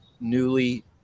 newly